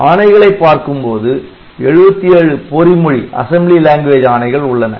ஆணைகளை பார்க்கும்போது 77 பொறி மொழி ஆணைகள் உள்ளன